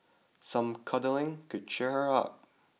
some cuddling could cheer her up